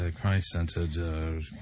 Christ-centered